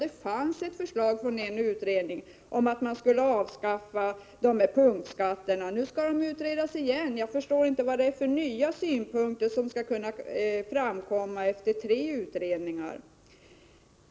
En av dessa utredningar föreslog att man skulle avskaffa dessa punktskatter. Nu skall frågan utredas igen. Jag förstår inte vilka nya synpunkter som skulle kunna framkomma efter tre utredningar.